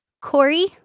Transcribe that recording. Corey